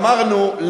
אמרנו,